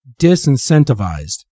disincentivized